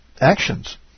actions